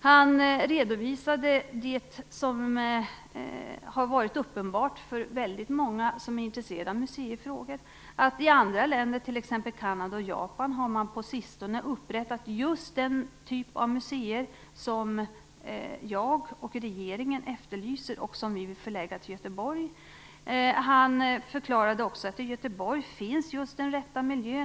Han redovisade det som har varit uppenbart för väldigt många som är intresserade av museifrågor, nämligen att man i andra länder, t.ex. Kanada och Japan, på sistone har upprättat just den typ av museer som jag och regeringen efterlyser och som vi vill förlägga till Göteborg. Han förklarade också att den rätta miljön finns just i Göteborg.